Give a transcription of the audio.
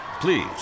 Please